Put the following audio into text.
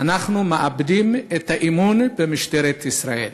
אנחנו מאבדים את האמון במשטרת ישראל.